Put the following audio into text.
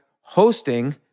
hosting